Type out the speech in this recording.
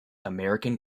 american